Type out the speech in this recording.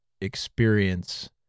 experience